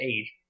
age